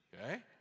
okay